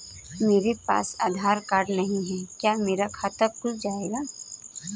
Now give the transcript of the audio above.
मेरे पास आधार कार्ड नहीं है क्या मेरा खाता खुल जाएगा?